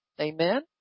Amen